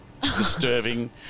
disturbing